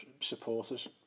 supporters